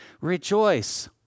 rejoice